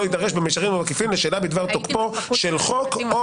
לא יידרש במישרין או בעקיפין לשאלה בדבר תוקפו של חוק או